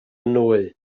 nwy